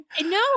No